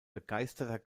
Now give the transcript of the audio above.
begeisterter